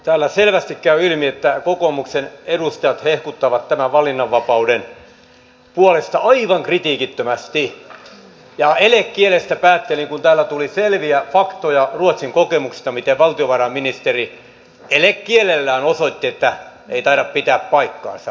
täällä selvästi käy ilmi että kokoomuksen edustajat hehkuttavat tämän valinnanvapauden puolesta aivan kritiikittömästi ja kun täällä tuli selviä faktoja ruotsin kokemuksista päättelin valtiovarainministerin elekielellään osoittavan että ei taida pitää paikkaansa